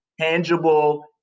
tangible